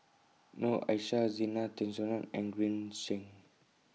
Noor Aishah Zena Tessensohn and Green Zeng